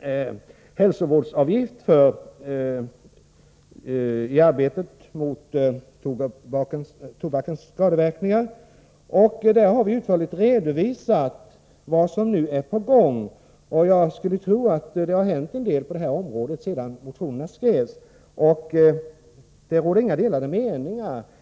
en särskild hälsovårdsavgift. Man vill förstärka resurserna för upplysning om tobakens skadeverkningar. Vi har utförligt redovisat vad som är på gång i detta avseende. Jag skulle tro att en hel del hänt på detta område sedan motionerna skrevs. Här föreligger inga delade meningar.